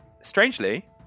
strangely